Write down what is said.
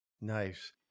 Nice